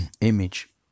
image